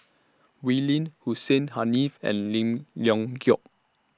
Wee Lin Hussein Haniff and Lim Leong Geok